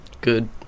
Good